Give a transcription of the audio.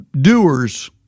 doers